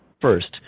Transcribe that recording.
First